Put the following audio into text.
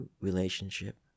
relationship